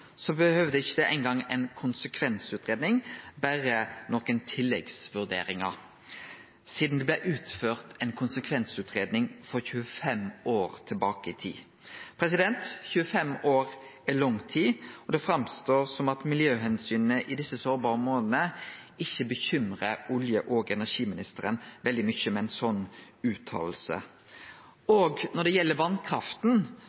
så snart som mogleg etter valet. Det har me høyrt før. Det som derimot var nytt, var at statsråden meinte at for Nordland VI behøvde ein ikkje eingong ei konsekvensutgreiing, berre nokre tilleggsvurderingar, sidan det blei utført ei konsekvensutgreiing 25 år tilbake i tid. 25 år er lang tid, og det verkar som at miljøomsyna i desse sårbare områda ikkje